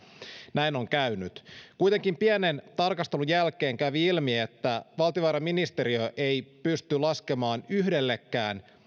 näin on käynyt kuitenkin pienen tarkastelun jälkeen kävi ilmi että valtiovarainministeriö ei pysty laskemaan yhdellekään